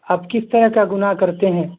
آپ کس طرح کا گناہ کرتے ہیں